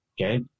Okay